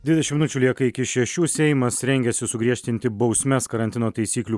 dvidešimt minučių lieka iki šešių seimas rengiasi sugriežtinti bausmes karantino taisyklių